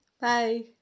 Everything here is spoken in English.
Bye